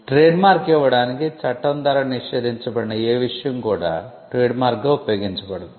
trademark ఇవ్వడానికి చట్టం ద్వారా నిషేధించబడిన ఏ విషయం కూడా ట్రేడ్మార్క్ గా ఉపయోగించబడదు